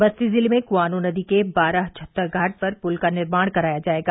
बस्ती जिले में कुआनो नदी के बारह छत्तर घाट पर पुल का निर्माण कराया जाएगा